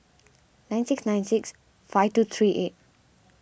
nine six nine six five two three eight